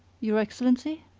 your excellency?